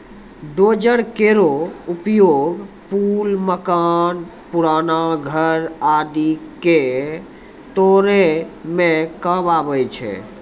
dozer केरो उपयोग पुल, मकान, पुराना घर आदि क तोरै म काम आवै छै